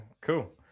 Cool